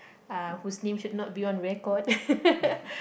uh whose name should not be on record